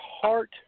heart